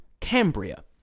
cambria